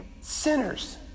sinners